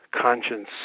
conscience